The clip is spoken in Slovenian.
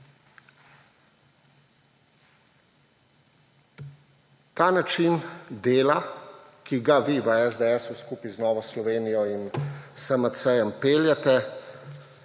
Ta način dela, ki ga vi v SDS skupaj z Novo Slovenijo in SMC peljete,